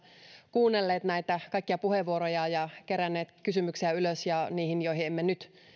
kuunnelleet näitä kaikkia puheenvuoroja ja keränneet kysymyksiä ylös ja niihin joihin emme nyt